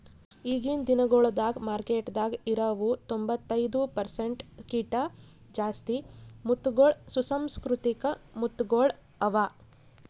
ಈಗಿನ್ ದಿನಗೊಳ್ದಾಗ್ ಮಾರ್ಕೆಟದಾಗ್ ಇರವು ತೊಂಬತ್ತೈದು ಪರ್ಸೆಂಟ್ ಕಿಂತ ಜಾಸ್ತಿ ಮುತ್ತಗೊಳ್ ಸುಸಂಸ್ಕೃತಿಕ ಮುತ್ತಗೊಳ್ ಅವಾ